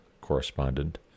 correspondent